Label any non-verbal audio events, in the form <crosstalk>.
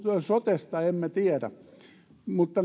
sotesta emme tiedä mutta <unintelligible>